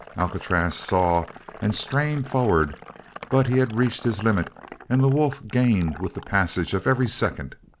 alcatraz saw and strained forward but he had reached his limit and the wolf gained with the passage of every second.